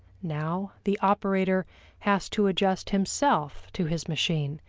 now the operator has to adjust himself to his machine,